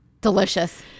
Delicious